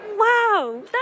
Wow